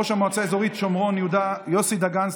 ראש המועצה האזורית שומרון יוסי דגן,